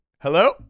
Hello